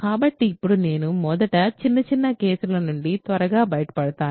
కాబట్టి ఇప్పుడు నేను మొదట చిన్న చిన్న కేసుల నుండి త్వరగా బయటపడతాను